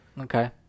Okay